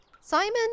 Simon